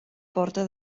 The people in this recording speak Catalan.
porta